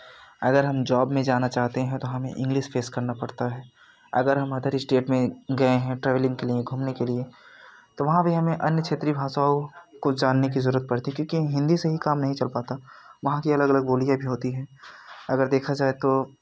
अगर हम जॉब में जाना चाहते हैं तो हमें इंग्लिश फेस करना पड़ता है अगर हम अदर स्टेट में गए है ट्रैवलिंग के लिए घूमने के लिए तो वहाँ भी हमें अन्य क्षेत्रीय भाषाओं को जाने की ज़रूरत पड़ती है क्योंकि हिंदी से ही काम नहीं चल पाता वहाँ की अलग अलग बोलियाँ भी होती है अगर देखा जाए तो